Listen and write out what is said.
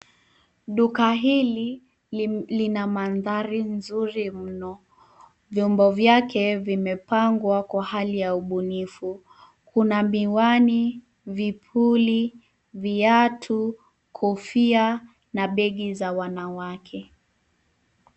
Duka hili lina mandhari nzuri mno, vyombo vyake vimepangwa kwa hali ya ubunifu. Kuna miwani, vipuli, viatu, kofia, na begi za wanawake.